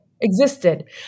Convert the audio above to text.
Existed